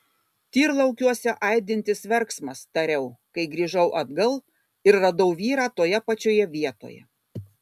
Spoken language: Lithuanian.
tyrlaukiuose aidintis verksmas tariau kai grįžau atgal ir radau vyrą toje pačioje vietoje